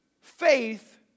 faith